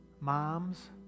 moms